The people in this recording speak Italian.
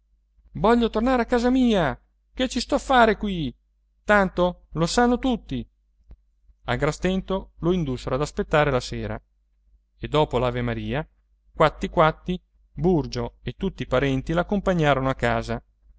voglio tornare a casa mia che ci sto a fare qui tanto lo sanno tutti a gran stento lo indussero ad aspettare la sera e dopo l'avemaria quatti quatti burgio e tutti i parenti l'accompagnarono a casa